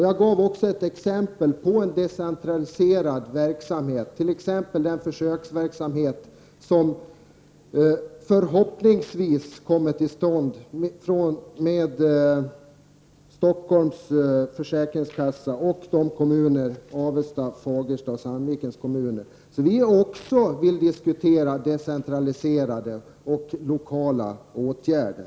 Jag gav också ett exempel på en decentraliserad verksamhet, nämligen den försöksverksamhet som förhoppningsvis kommer till stånd med ett samarbete mellan Stockholms försäkringskassa och Avesta, Fagersta och Sandvikens kommuner. Vi vill också diskutera decentraliserade och lokala åtgärder.